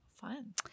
Fun